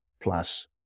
plus